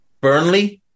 Burnley